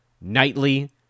nightly